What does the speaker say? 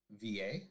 VA